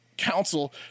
Council